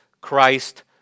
Christ